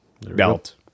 belt